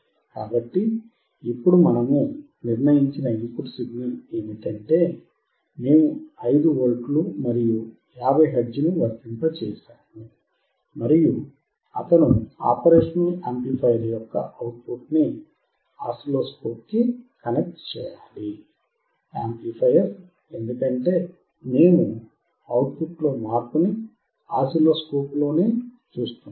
కాబట్టి ఇప్పుడు మనము నిర్ణయించిన ఇన్ పుట్ సిగ్నల్ ఏమిటంటే మేము 5V మరియు 50 హెర్ట్జ్ ను వర్తింపచేశాము మరియు అతను ఆపరేషనల్ యాంప్లిఫైయర్ యొక్క అవుట్ పుట్ ని ఆసిలోస్కోప్ కి కనెక్ట్ చేయాలి యాంప్లిఫైయర్ ఎందుకంటే మేము అవుట్ పుట్ లో మార్పు ని ఆసిలోస్కోప్ లో చూస్తున్నాము